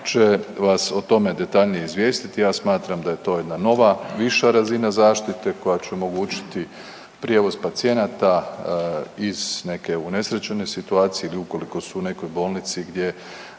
će vas o tome detaljnije izvijestiti i ja smatram da je to jedna nova viša razina zašite koja će omogućiti prijevoz pacijenata iz neke unesrećene situacije ili ukoliko su u nekoj bolnici gdje